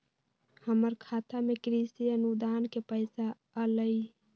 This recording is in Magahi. हमर खाता में कृषि अनुदान के पैसा अलई?